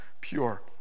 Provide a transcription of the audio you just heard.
pure